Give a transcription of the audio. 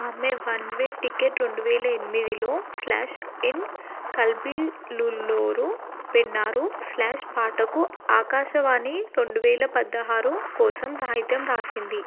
ఆమె one way ticket రెండు వేల ఎనిమిదిలో స్లాష్ ఎన్ ఖల్బిల్లుల్లోరు పెన్నారు స్లాష్ పాటకు ఆకాశవాణి రెండు వేల పదహారు కోసం సాహిత్యం రాసింది